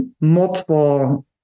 multiple